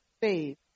faith